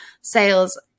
sales